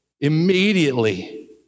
immediately